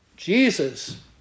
Jesus